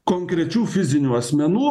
konkrečių fizinių asmenų